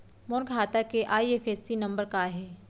मोर खाता के IFSC number का हे?